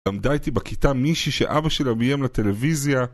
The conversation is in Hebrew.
למדה איתי בכיתה מישהי שאבא שלה ביים לטלוויזיה